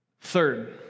Third